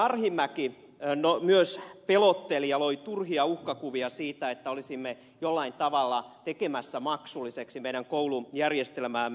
arhinmäki myös pelotteli ja loi turhia uhkakuvia siitä että olisimme jollain tavalla tekemässä maksulliseksi meidän koulujärjestelmäämme